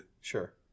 sure